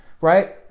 Right